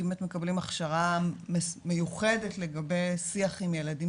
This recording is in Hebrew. כי הם באמת מקבלים הכשרה מיוחדת לגבי שיח עם ילדים